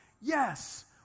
yes